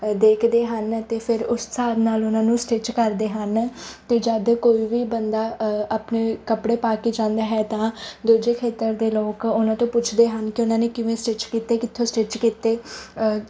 ਦੇਖਦੇ ਹਨ ਅਤੇ ਫਿਰ ਉਸ ਹਿਸਾਬ ਨਾਲ ਉਹਨਾਂ ਨੂੰ ਸਟਿਚ ਕਰਦੇ ਹਨ ਅਤੇ ਜਦੋਂ ਕੋਈ ਵੀ ਬੰਦਾ ਆਪਣੇ ਕੱਪੜੇ ਪਾ ਕੇ ਜਾਂਦਾ ਹੈ ਤਾਂ ਦੂਜੇ ਖੇਤਰ ਦੇ ਲੋਕ ਉਹਨਾਂ ਤੋਂ ਪੁੱਛਦੇ ਹਨ ਕਿ ਉਹਨਾਂ ਨੇ ਕਿਵੇਂ ਸਟਿਚ ਕੀਤੇ ਕਿੱਥੋਂ ਸਟਿਚ ਕੀਤੇ